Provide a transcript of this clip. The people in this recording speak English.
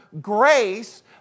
grace